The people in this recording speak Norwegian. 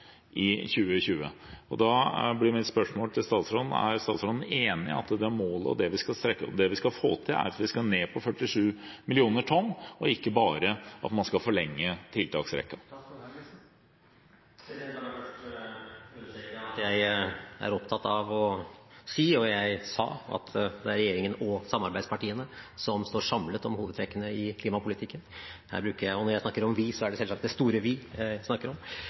i 2020. Da blir mitt spørsmål til statsråden: Er statsråden enig i at målet og det vi skal få til, er at vi skal ned på 47 mill. tonn, og ikke bare forlenge tiltaksrekken? La meg først understreke at jeg er opptatt av å si – og jeg sa – at det er regjeringen og samarbeidspartiene som står samlet om hovedtrekkene i klimapolitikken. Og når jeg snakker om «vi», er det selvsagt det store «vi» som jeg snakker om.